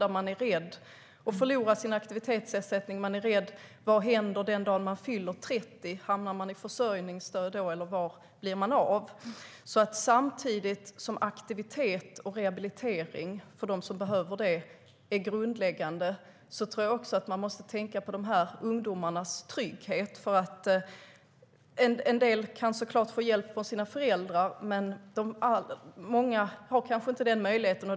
Människor är rädda att förlora sin aktivitetsersättning. Vad händer den dag när de fyller 30 år? Hamnar de då i försörjningsstöd, eller var blir de av? Samtidigt som aktivitet och rehabilitering för dem som behöver det är grundläggande måste man också tänka på dessa ungdomars trygghet. En del kan såklart få hjälp av sina föräldrar. Men många har kanske inte den möjligheten.